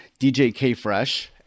djkfresh